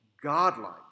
godlike